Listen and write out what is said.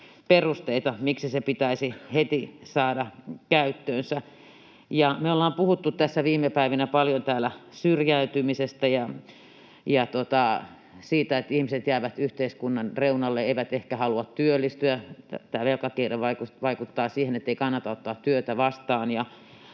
perusteita, miksi se pitäisi heti saada käyttöönsä. Me ollaan puhuttu tässä viime päivinä täällä paljon syrjäytymisestä ja siitä, että ihmiset jäävät yhteiskunnan reunalle, eivät ehkä halua työllistyä. Tämä velkakierre vaikuttaa siihen, ettei kannata ottaa työtä vastaan,